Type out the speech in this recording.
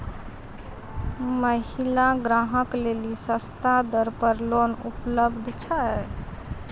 महिला ग्राहक लेली सस्ता दर पर लोन उपलब्ध छै?